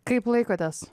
kaip laikotės